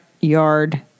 yard